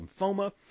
lymphoma